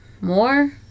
more